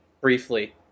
briefly